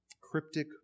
Cryptic